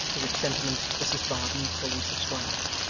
to which sentiment mrs varden fully subscribed.